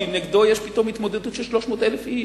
כי נגדו יש פתאום התמודדות של 300,000 איש.